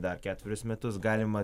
dar ketverius metus galima